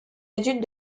études